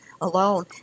alone